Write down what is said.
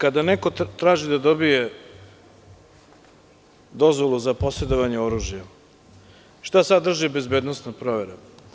Kada neko traži da dobije dozvolu za posedovanje oružja, šta sadrži bezbednosna provera?